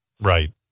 Right